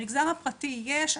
במגזר הפרטי יש.